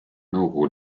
nõukogu